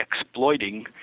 exploiting